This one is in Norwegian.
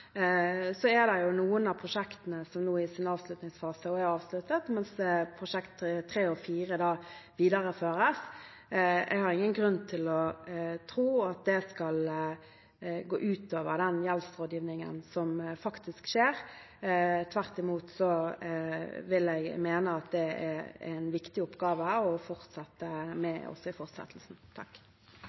noen av prosjektene nå i en avslutningsfase og er avsluttet, mens prosjekt 3 og prosjekt 4 videreføres. Jeg har ingen grunn til å tro at det skal gå ut over den gjeldsrådgivningen som faktisk skjer. Tvert imot vil jeg mene at det er en viktig oppgave å fortsette med også